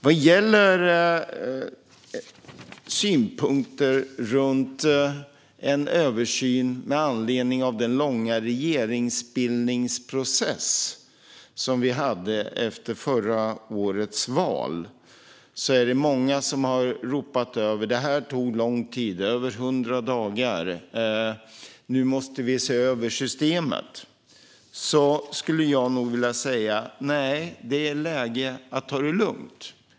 Vad gäller en översyn med anledning av den långa regeringsbildningsprocess som vi hade efter förra årets val är det många som har ropat om att detta tog lång tid, över hundra dagar, så nu måste vi se över systemet. Jag skulle nog vilja säga: Nej, det är läge att ta det lugnt.